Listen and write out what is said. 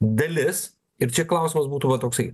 dalis ir čia klausimas būtų va toksai